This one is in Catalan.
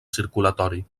circulatori